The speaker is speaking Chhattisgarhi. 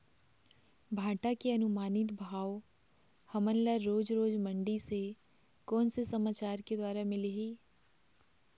भांटा के अनुमानित भाव हमन ला रोज रोज मंडी से कोन से समाचार के द्वारा मिलही?